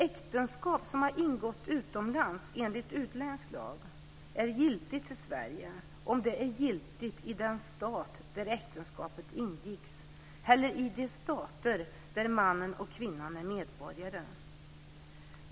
Äktenskap som har ingåtts utomlands enligt utländsk lag är giltigt i Sverige om det är giltigt i den stat där äktenskapet ingicks eller i de stater där mannen och kvinnan är medborgare.